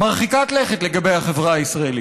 מרחיקת לכת לגבי החברה הישראלית.